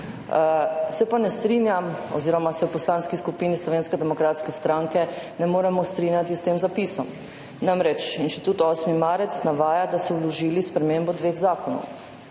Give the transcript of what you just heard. Se pa ne strinjam oziroma se v Poslanski skupini Slovenske demokratske stranke ne moremo strinjati s tem zapisom. Inštitut 8. marec namreč navaja, da so vložili spremembo dveh zakonov.